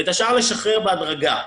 ואת השאר לשחרר בהדרגה.